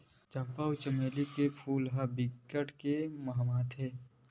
चंपा, चमेली अउ मोंगरा फूल ह बिकट के ममहाथे